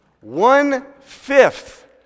One-fifth